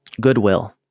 goodwill